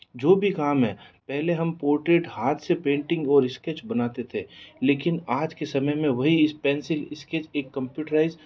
जो भी काम है पहले हम पोट्रेट हाथ से पेंटिंग और इस्केच बनाते थे लेकिन आज के समय में वही इस पेन्सिल इस्केज एक कम्प्यूटराइज़